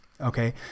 okay